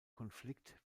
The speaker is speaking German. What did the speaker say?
konflikt